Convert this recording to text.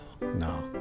no